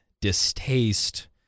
distaste